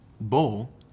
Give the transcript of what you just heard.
bowl